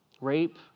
Rape